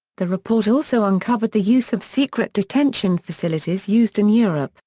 the report also uncovered the use of secret detention facilities used in europe,